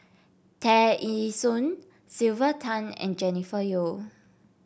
Tear Ee Soon Sylvia Tan and Jennifer Yeo